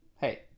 hey